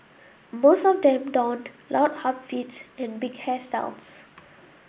most of them donned loud outfits and big hairstyles